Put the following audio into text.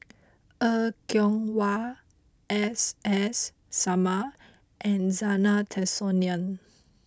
Er Kwong Wah S S Sarma and Zena Tessensohn